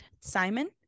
Simon